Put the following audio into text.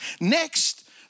Next